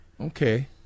Okay